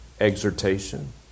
exhortation